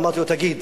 ואמרתי לו: תגיד,